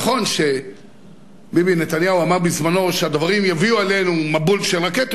נכון שביבי נתניהו אמר בזמנו שהדברים יביאו עלינו מבול של רקטות.